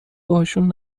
باهاشون